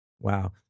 Wow